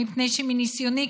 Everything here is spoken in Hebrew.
מפני שמניסיוני,